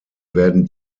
werden